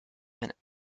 minute